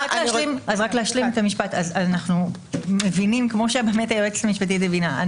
המשפט --- אנחנו מבינים את זה כמו שהיועצת המשפטית הבינה.